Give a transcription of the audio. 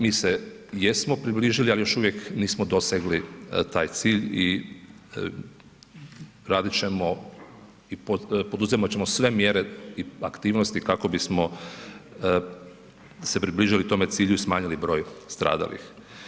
Mi se jesmo približili ali još uvijek nismo dosegli taj cilj i radit ćemo i poduzimati ćemo sve mjere i aktivnosti kako bismo se približili tome cilju i smanjili broj stradalih.